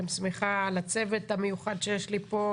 ואני גם שמחה על הצוות המיוחד שיש לנו פה,